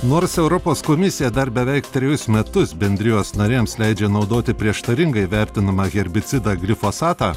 nors europos komisija dar beveik trejus metus bendrijos narėms leidžia naudoti prieštaringai vertinamą herbicidą grifosatą